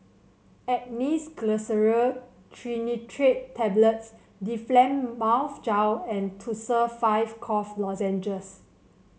Angised Glyceryl Trinitrate Tablets Difflam Mouth Gel and Tussils five Cough Lozenges